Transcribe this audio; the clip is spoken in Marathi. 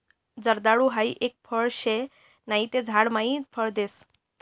जर्दाळु हाई एक फळ शे नहि ते झाड मायी फळ देस